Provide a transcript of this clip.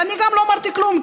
אני גם לא אמרתי כלום,